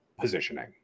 positioning